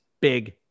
big